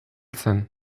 zen